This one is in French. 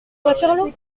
waterloo